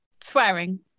swearing